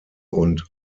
und